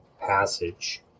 passage